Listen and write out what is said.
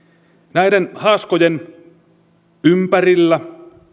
näiden haaskojen ympärillä